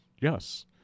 Yes